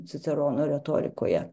cicerono retorikoje